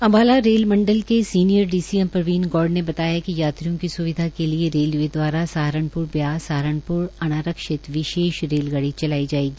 Ambala rail मंडल के senior DCM Praveen Gaur ने बताया कि यात्रियों की स्विधा के लिए रेलवे दवारा सहारन ब्यास सहारनप्र अनारक्षित विशेष रेलगाड़ी चलाई जायेगी